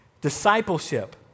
Discipleship